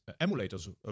emulators